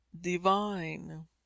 divine